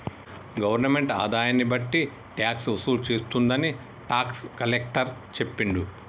government ఆదాయాన్ని బట్టి tax వసూలు చేస్తుందని టాక్స్ కలెక్టర్ చెప్పిండు